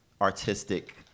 artistic